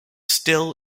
still